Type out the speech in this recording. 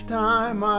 time